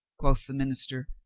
quoth the min ister,